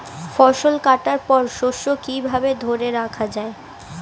ফসল কাটার পর শস্য কিভাবে ধরে রাখা য়ায়?